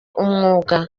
umwuga